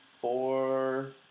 four